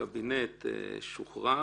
בקבינט שוחררה,